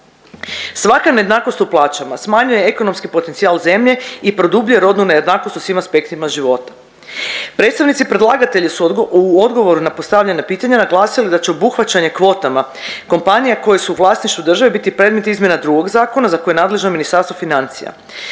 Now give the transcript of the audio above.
Svaka nejednakost u plaćama smanjuje ekonomski potencijal zemlje i produbljuje rodnu nejednakost u svim aspektima života. Predstavnici predlagatelja su u odgovoru na postavljana pitanja naglasili da će obuhvaćanje kvotama kompanija koje su u vlasništvu države biti predmet izmjena drugog zakona za koji je nadležno Ministarstvo financija.